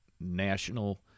national